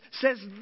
says